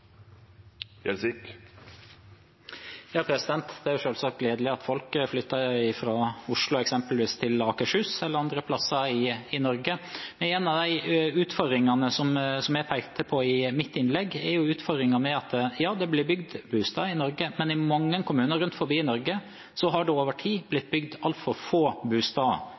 gledelig at folk flytter fra Oslo og eksempelvis til Akershus eller andre plasser i Norge. En av de utfordringene jeg pekte på i mitt innlegg, er at ja, det blir bygd boliger i Norge, men i mange kommuner rundt omkring i Norge har det over tid blitt bygd altfor få